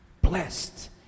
Blessed